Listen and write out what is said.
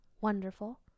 wonderful